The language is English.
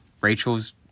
Rachel's